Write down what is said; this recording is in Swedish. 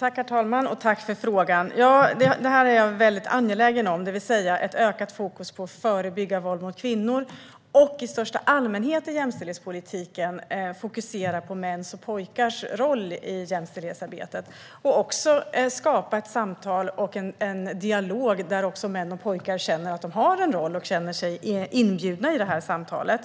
Herr talman! Tack för frågan, Patrik Engström! Det här är jag väldigt angelägen om, det vill säga att ha ett ökat fokus på att förebygga våld mot kvinnor och att i största allmänhet i jämställdhetspolitiken fokusera på mäns och pojkars roll i jämställdhetsarbetet och också skapa ett samtal och en dialog där män och pojkar känner att de har en roll och känner sig inbjudna till det här samtalet.